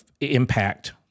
impact